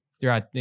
throughout